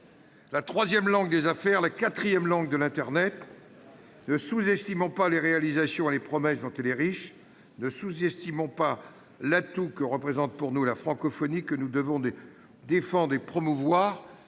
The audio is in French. la troisième langue des affaires, la quatrième langue de l'internet. Ne sous-estimons pas les réalisations et les promesses dont elle est riche. Ne sous-estimons pas l'atout que représente pour nous la francophonie, que nous devons défendre et promouvoir.